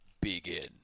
begin